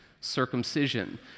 circumcision